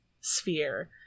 sphere